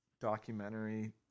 documentary